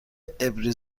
عبری